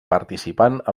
participant